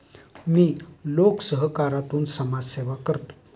मी लोकसहकारातून समाजसेवा करतो